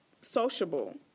sociable